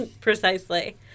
Precisely